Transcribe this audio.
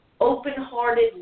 open-hearted